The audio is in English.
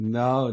no